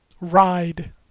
Ride